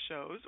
shows